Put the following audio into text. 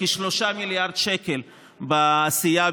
כ-3 מיליארד שקלים בעשייה בירושלים,